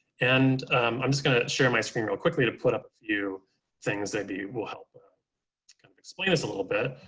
and i'm just going to share my screen real quickly to put up a few things that will help um kind of explain this a little bit.